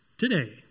today